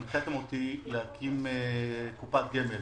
הנחיתם אותי להקים קופת גמל.